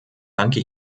danke